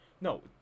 No